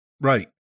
Right